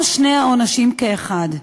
או שני העונשים כאחד.